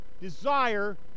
desire